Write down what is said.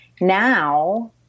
now